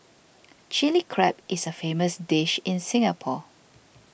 Chilli Crab is a famous dish in Singapore